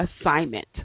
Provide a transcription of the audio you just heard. assignment